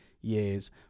years